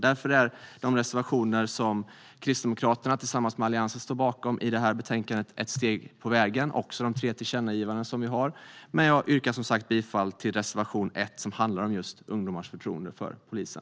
Därför är de reservationer som Kristdemokraterna tillsammans med Alliansen står bakom i detta betänkande ett steg på vägen. Detsamma gäller våra tre tillkännagivanden. Men jag yrkar, som sagt, bifall endast till reservation 1, som handlar om just ungdomars förtroende för polisen.